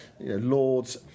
Lords